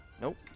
Nope